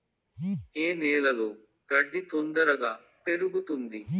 ఏ నేలలో గడ్డి తొందరగా పెరుగుతుంది